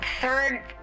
third